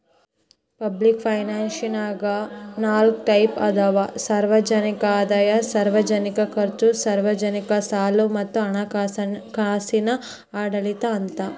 public ಫೈನಾನ್ಸನ್ಯಾಗ ನಾಲ್ಕ್ type ಅದಾವ ಸಾರ್ವಜನಿಕ ಆದಾಯ ಸಾರ್ವಜನಿಕ ಖರ್ಚು ಸಾರ್ವಜನಿಕ ಸಾಲ ಮತ್ತ ಹಣಕಾಸಿನ ಆಡಳಿತ ಅಂತ